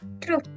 True